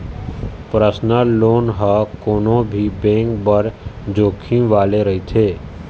personal loan ह कोनो भी बेंक बर जोखिम वाले रहिथे